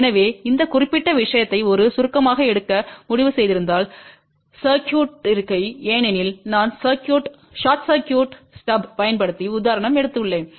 எனவே இந்த குறிப்பிட்ட விஷயத்தை ஒரு சுருக்கமாக எடுக்க முடிவு செய்திருந்தால் சர்க்யூட்றிக்கை ஏனெனில் நான் ஷார்ட் சர்க்யூட் ஸ்டப் பயன்படுத்தி உதாரணம் எடுத்துள்ளேன்